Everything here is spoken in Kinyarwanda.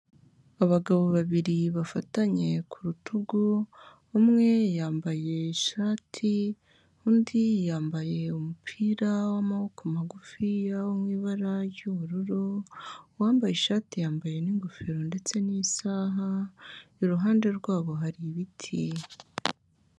Abagabo babiri bafatanye ku rutugu, umwe yambaye ishati undi yambaye umupira w'amaboko magufiya wo mu ibara ry'ubururu, uwambaye ishati yambaye n'ingofero ndetse n'isaha, iruhande rwabo hari ibiti.